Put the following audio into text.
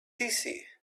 easy